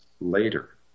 later